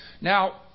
Now